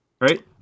right